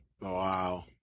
Wow